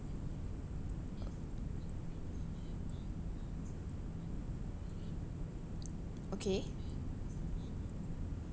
okay